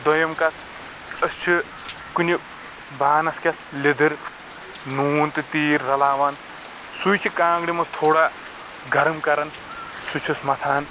دوٚیِم کتھ أسۍ چھ کُنہِ بانس کٮ۪تھ لیٚدٕر نوٗن تہٕ تیٖل رَلاوان سُے چھ کانٛگرِ منٛز تھوڑا گرم کران سُہ چِھس متھان